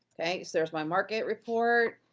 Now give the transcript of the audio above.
okay, so there's my market report,